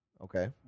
Okay